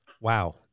Wow